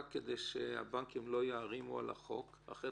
כדי שהבנקים לא יערימו על החוק אחרת